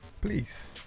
please